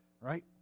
right